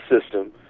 system